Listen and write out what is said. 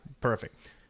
Perfect